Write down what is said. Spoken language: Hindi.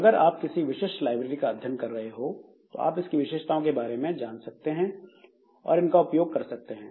अगर आप किसी विशिष्ट लाइब्रेरी का अध्ययन कर रहे हो तो आप इसकी विषेशताओं के बारे में जान सकते हो और इनका उपयोग कर सकते हो